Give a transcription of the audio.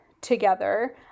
together